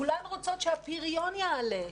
כולן רוצות שהפריון יעלה,